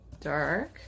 dark